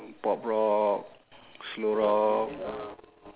pop rock slow rock